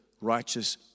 righteous